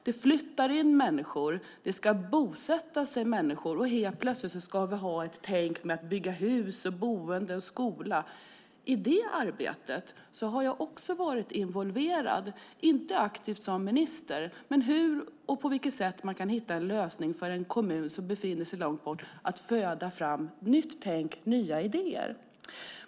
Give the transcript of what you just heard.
Det flyttar in människor som ska bosätta sig i kommunen, och helt plötsligt behöver vi tänka om, bygga hus, skolor och så vidare. Jag har varit involverad i arbetet, om än inte aktivt som minister, när det handlat om att hitta lösningar för hur en kommun som befinner sig långt borta ska kunna föda fram ett nytt tänkande och nya idéer.